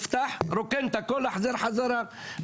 אנחנו לא מחייבים את הלקוח.